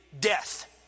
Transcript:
death